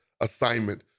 assignment